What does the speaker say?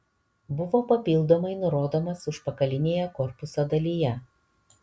buvo papildomai nurodomas užpakalinėje korpuso dalyje